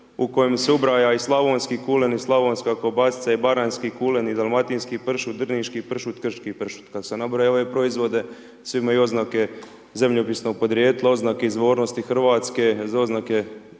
u kojem se ubraja i slavonski kulen i slavonska kobasica i baranjski kulen i dalmatinski pršut, drniški pršut, krški pršut. Kad sam nabrojao ove proizvode svi imaju oznake zemljopisnog podrijetla, oznake izvornosti Hrvatske, oznake